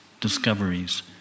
discoveries